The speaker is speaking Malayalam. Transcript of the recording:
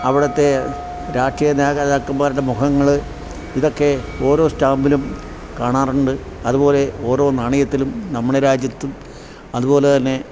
അവിടത്തെ രാഷ്ട്രീയ നേഗതാക്കന്മാരുടെ മുഖങ്ങള് ഇതൊക്കെ ഓരോ സ്റ്റാമ്പിലും കാണാറുണ്ട് അതുപോലെ ഓരോ നാണയത്തിലും നമ്മുടെ രാജ്യത്തും അതുപോലെ തന്നെ